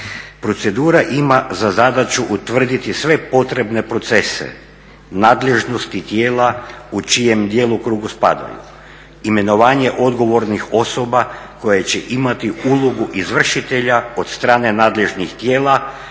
Procedura ima za zadaću utvrditi sve potrebne procese, nadležnosti tijela u čijem djelokrugu spadaju imenovanje odgovornih osoba koje će imati ulogu izvršitelja od strane nadležnih tijela,